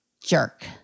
jerk